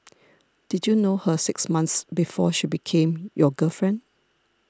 did you know her six months before she became your girlfriend